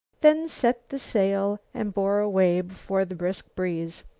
then set the sail and bore away before the brisk breeze.